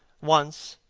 once,